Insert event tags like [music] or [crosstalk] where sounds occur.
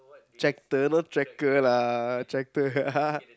tractor not tracker lah tractor [laughs]